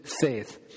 faith